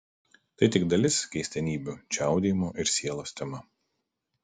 tai tik dalis keistenybių čiaudėjimo ir sielos tema